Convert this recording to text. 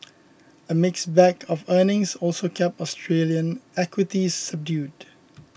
a mixed bag of earnings also kept Australian equities subdued